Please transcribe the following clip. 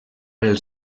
els